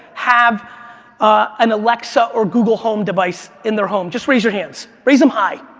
have an alexa or google home device in their home? just raise your hands, raise them high.